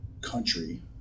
country